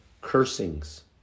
cursings